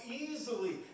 easily